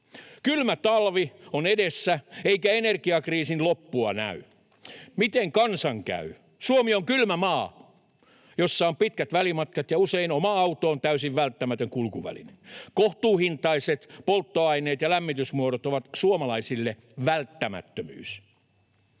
Kylmä talvi on edessä, eikä energiakriisin loppua näy. Miten kansan käy? Suomi on kylmä maa, jossa on pitkät välimatkat, ja usein oma auto on täysin välttämätön kulkuväline. Kohtuuhintaiset polttoaineet ja lämmitysmuodot ovat suomalaisille välttämättömyys.